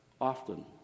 often